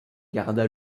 garda